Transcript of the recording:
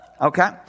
Okay